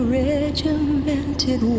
regimented